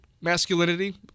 masculinity